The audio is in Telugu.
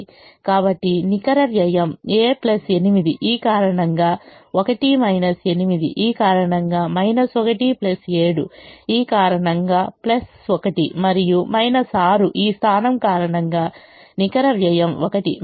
కాబట్టి నికర వ్యయం a 8 ఈ కారణంగా 1 8 ఈ కారణంగా 1 7 ఈ కారణంగా 1 మరియు 6 ఈ స్థానం కారణంగా నికర వ్యయం 1